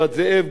הר-חברון,